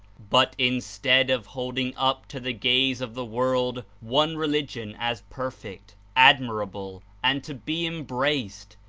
but instead of holding up to the gaze of the world one religion as perfect, admirable and to be embraced.